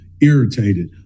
irritated